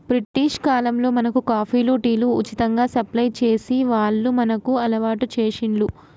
British కాలంలో మనకు కాఫీలు, టీలు ఉచితంగా సప్లై చేసి వాళ్లు మనకు అలవాటు చేశిండ్లు